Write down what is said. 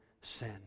sin